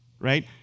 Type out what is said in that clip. Right